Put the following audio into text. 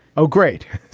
oh great.